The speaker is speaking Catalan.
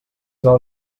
val